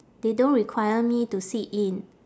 they don't require me to sit in